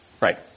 Right